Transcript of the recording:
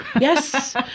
Yes